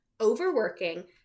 overworking